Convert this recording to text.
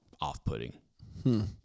off-putting